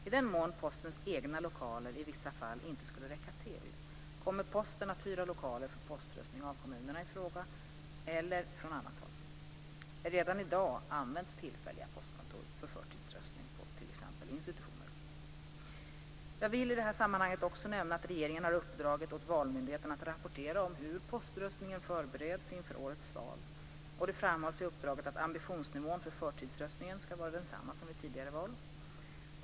I den mån Postens egna lokaler i vissa fall inte skulle räcka till kommer Posten att hyra lokaler för poströstning av kommunerna i fråga eller från annat håll. Redan i dag används tillfälliga postkontor för förtidsröstning t.ex. på institutioner. Jag vill i detta sammanhang också nämna att regeringen har uppdragit åt Valmyndigheten att rapportera om hur poströstningen förbereds inför årets val. Det framhålls i uppdraget att ambitionsnivån för förtidsröstningen ska vara densamma som vid tidigare val.